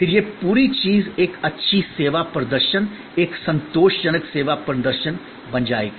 फिर यह पूरी चीज एक अच्छी सेवा प्रदर्शन एक संतोषजनक सेवा प्रदर्शन बन जाएगी